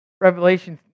Revelation